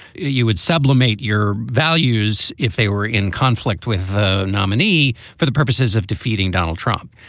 you would sublimate your values if they were in conflict with the nominee for the purposes of defeating donald trump.